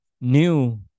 new